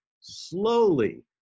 Slowly